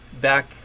back